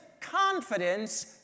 confidence